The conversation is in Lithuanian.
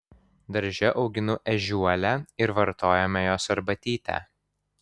darže auginu ežiuolę ir vartojame jos arbatytę